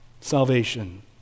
salvation